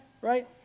right